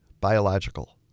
biological